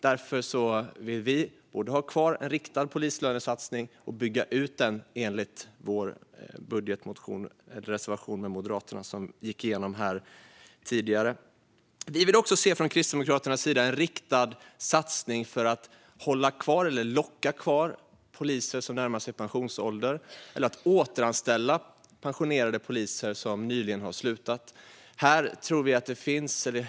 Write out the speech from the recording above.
Därför vill vi både ha kvar en riktad polislönesatsning och bygga ut den enligt vår och Moderaternas budgetreservation som gått igenom här tidigare. Kristdemokraterna vill även se en riktad satsning för att locka poliser som närmar sig pensionsåldern att stanna kvar och för att återanställa nyligen pensionerade poliser.